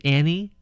Annie